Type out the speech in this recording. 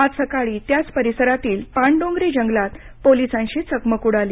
आज सकाळी त्याच परिसरातील पानडोंगरी जंगलात पोलिसांशी चकमक उडाली